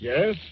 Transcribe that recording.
Yes